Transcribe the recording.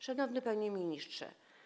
Szanowny Panie Ministrze!